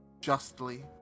justly